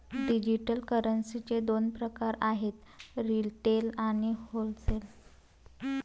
digital करन्सीचे दोन प्रकार आहेत रिटेल आणि होलसेल